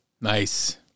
Nice